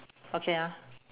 okay ah